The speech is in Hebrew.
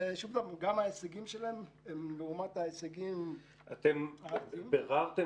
גם ההישגים שלהם לעומת ההישגים הכלליים --- ביררתם